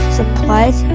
supplies